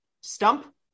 Stump